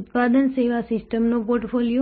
ઉત્પાદન સેવા સિસ્ટમનો પોર્ટફોલિયો